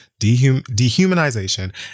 dehumanization